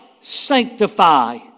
sanctify